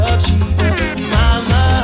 Mama